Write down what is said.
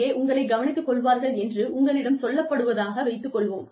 அங்கே உங்களைக் கவனித்துக் கொள்வார்கள் என்று உங்களிடம் சொல்லப்படுவதாக வைத்துக் கொள்வோம்